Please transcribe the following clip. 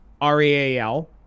R-E-A-L